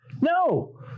No